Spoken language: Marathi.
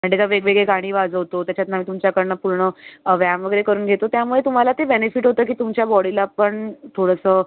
आणि त्याच्यात वेगवेगळी गाणी वाजवतो त्याच्यातनं आम्ही तुमच्याकडून पूर्ण व्यायाम वगैरे करून घेतो त्यामुळे ते तुम्हाला ते बेनिफिट होतं की तुमच्या बॉडीला पण थोडंसं